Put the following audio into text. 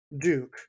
Duke